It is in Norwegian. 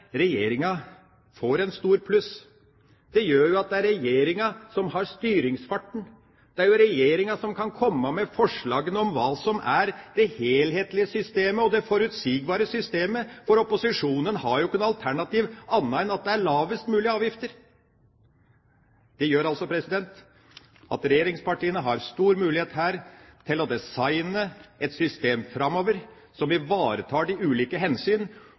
Regjeringa får et stort pluss, det gjør jo at det er Regjeringa som har styringsfarten. Det er jo Regjeringa som kan komme med forslagene om hva som er det helhetlige systemet og det forutsigbare systemet, for opposisjonen har jo ikke noe alternativ, annet enn at det er lavest mulig avgifter. Det gjør altså at regjeringspartiene har en stor mulighet her til å designe et system framover som ivaretar de ulike hensyn